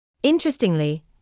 Interestingly